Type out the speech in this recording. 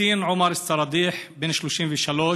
יאסין עומר אל-סראדיח, בן 33,